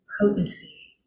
potency